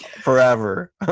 forever